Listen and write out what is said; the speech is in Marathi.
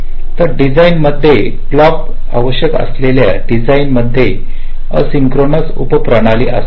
तर डिझाइन मध्ये क्लॉक आवश्यक असलेल्या डिझाइन मध्ये असिंक्रोनस उप प्रणाली असल्यास